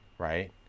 Right